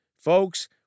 Folks